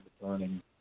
returning